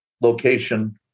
location